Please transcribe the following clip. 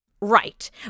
right